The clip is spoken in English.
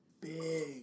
big